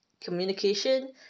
communication